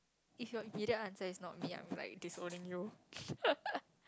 if your needed answer is not me I will be like disowning you